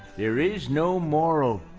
there is no moral.